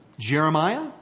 Jeremiah